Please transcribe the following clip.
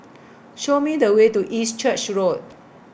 Show Me The Way to East Church Road